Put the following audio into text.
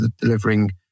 delivering